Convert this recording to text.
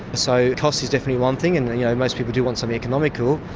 so cost is definitely one thing, and most people do want something economical.